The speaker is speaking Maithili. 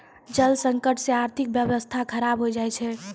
जल संकट से आर्थिक व्यबस्था खराब हो जाय छै